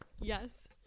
Yes